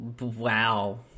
Wow